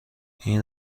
این